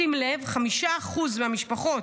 שים לב, 5% מהמשפחות,